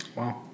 Wow